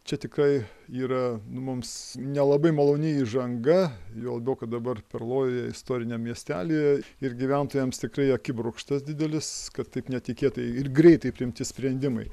čia tikrai yra mums nelabai maloni įžanga juo labiau kad dabar perlojoje istoriniam miestelyje ir gyventojams tikrai akibrokštas didelis kad taip netikėtai ir greitai priimti sprendimai